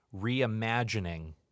reimagining